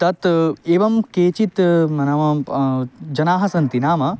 तत् एवं केचित् नाम जनाः सन्ति नाम